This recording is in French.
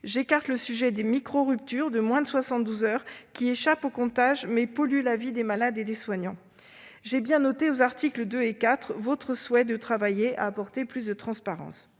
J'écarte le sujet des « microruptures » de moins de 72 heures, qui échappent aux comptages, mais polluent la vie des malades et soignants. J'ai bien noté, aux articles 2 et 4, votre souhait de travailler à apporter plus de transparence.